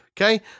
Okay